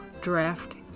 draft